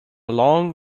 long